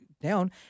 down